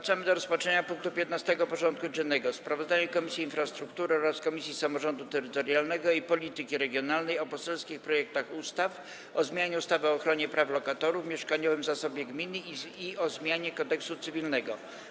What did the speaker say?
Powracamy do rozpatrzenia punktu 15. porządku dziennego: Sprawozdanie Komisji Infrastruktury oraz Komisji Samorządu Terytorialnego i Polityki Regionalnej o poselskich projektach ustaw o zmianie ustawy o ochronie praw lokatorów, mieszkaniowym zasobie gminy i o zmianie Kodeksu cywilnego.